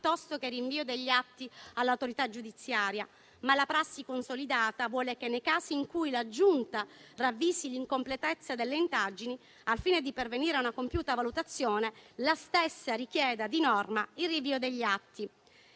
invece che il rinvio degli atti all'autorità giudiziaria. La prassi consolidata vuole però che, nei casi in cui la Giunta ravvisi l'incompletezza delle indagini, al fine di pervenire a una compiuta valutazione, la stessa richieda di norma il rinvio degli atti.